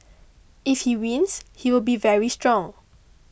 if he wins he will be very strong